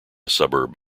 suburb